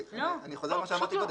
אני חוזר על מה שאמרתי קודם.